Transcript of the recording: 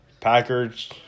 Packers